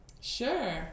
Sure